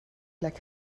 like